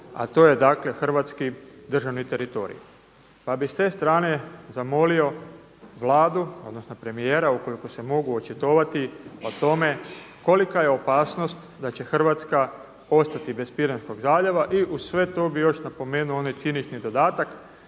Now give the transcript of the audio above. a to je hrvatski državni teritorij. Pa bi s te strane zamolio Vladu odnosno premijera ukoliko se mogu očitovati o tome kolika je opasnost da će Hrvatska ostati bez Piranskog zaljeva. I uz sve tu bi još napomenuo onaj cinični dodatak,